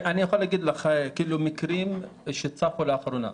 אני יכול לספר על מקרים שצפו לאחרונה.